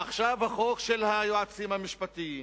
עכשיו החוק של היועצים המשפטיים,